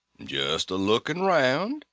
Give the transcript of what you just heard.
just a-looking round,